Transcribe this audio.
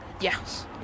Yes